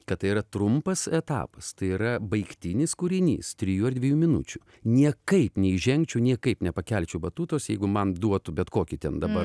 kad tai yra trumpas etapas tai yra baigtinis kūrinys trijų ar dviejų minučių niekaip neįžengčiau niekaip nepakelčiau batutos jeigu man duotų bet kokį ten dabar